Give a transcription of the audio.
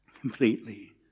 completely